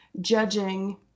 judging